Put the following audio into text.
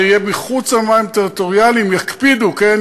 זה יהיה מחוץ למים הטריטוריאליים, יקפידו, כן?